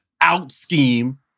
out-scheme